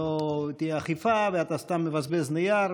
לא תהיה אכיפה ואתה סתם מבזבז נייר.